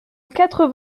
quatre